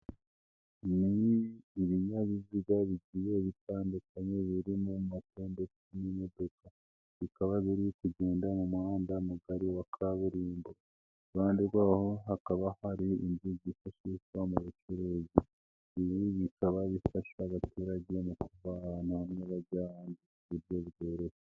Ibinyabiziga bigiye bitandukanye birimo moto ndetse n'imodoka, bikaba biririmo kugenda mu muhanda mugari wa kaburimbo, iruhande rwaho hakaba hari indi yifatishwa mu bucuruzi ibi bikaba bifasha abaturage mukuva hamwe bajya hanze mu buryo bworoshye.